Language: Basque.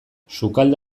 sukalde